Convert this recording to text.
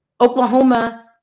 oklahoma